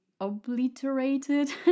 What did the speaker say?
obliterated